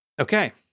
Okay